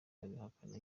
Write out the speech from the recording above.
abihakana